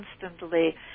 constantly